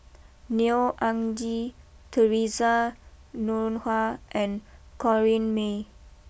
Neo Anngee Theresa Noronha and Corrinne May